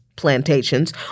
plantations